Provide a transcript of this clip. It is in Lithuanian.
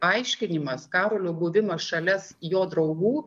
aiškinimas karolio buvimas šalia jo draugų